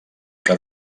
que